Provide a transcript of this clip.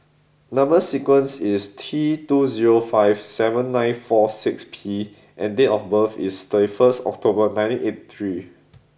number sequence is T two zero five seven nine four six P and date of birth is thirty first October nineteen eighty three